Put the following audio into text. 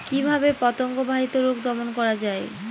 কিভাবে পতঙ্গ বাহিত রোগ দমন করা যায়?